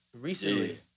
recently